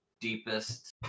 deepest